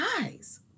eyes